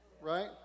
Right